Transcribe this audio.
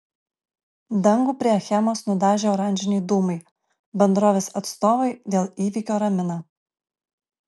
dangų prie achemos nudažė oranžiniai dūmai bendrovės atstovai dėl įvykio ramina